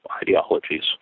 ideologies